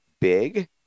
big